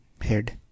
head